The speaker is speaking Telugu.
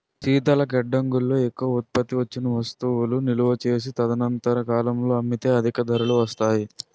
శీతల గడ్డంగుల్లో ఎక్కువ ఉత్పత్తి వచ్చిన వస్తువులు నిలువ చేసి తదనంతర కాలంలో అమ్మితే అధిక ధరలు వస్తాయి